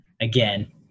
again